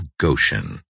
Goshen